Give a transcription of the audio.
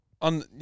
on